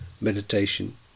meditation